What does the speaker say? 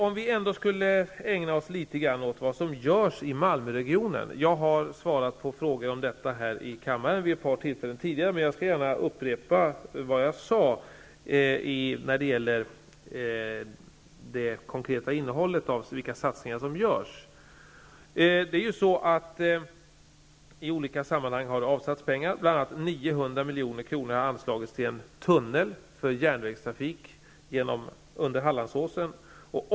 Om vi ändå skulle ägna oss litet grand åt vad som görs i Malmöregionen. Jag har svarat på frågor om detta i kammaren vid ett par tillfällen tidigare, men jag skall gärna upprepa det jag sade om det konkreta innehållet i de satsningar som görs. Det har i olika sammanhang avsatts pengar, bl.a. har 900 milj.kr. anslagits till en tunnel för järnvägstrafik under Hallandsåsen.